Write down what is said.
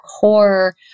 core